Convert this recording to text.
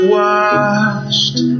washed